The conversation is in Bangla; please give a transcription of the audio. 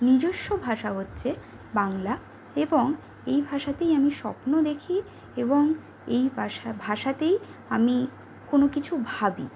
নিজস্ব ভাষা হচ্ছে বাংলা এবং এই ভাষাতেই আমি স্বপ্ন দেখি এবং এই ভাষাতেই আমি কোনো কিছু ভাবি